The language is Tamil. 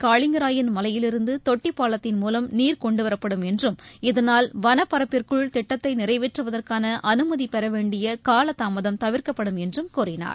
காளிங்கராயன் மலையிலிருந்து தொட்டி பாலத்தின் மூலம் நீர் கொண்டுவரப்படும் என்றும் இதனால் வனப்பரப்பிற்குள் திட்டத்தை நிறைவேற்றுவதற்கான அனுமதி பெற வேண்டிய கால தாமதம் தவிர்க்கப்படும் என்று கூறினார்